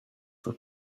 for